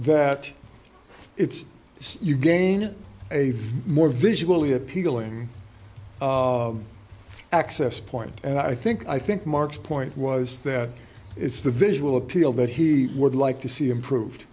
that it's you gain a more visually appealing access point and i think i think mark's point was that it's the visual appeal that he would like to see improved